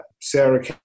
Sarah